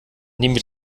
nehmen